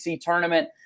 tournament